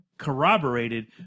corroborated